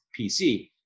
PC